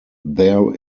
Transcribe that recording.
there